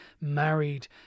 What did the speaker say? married